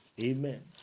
amen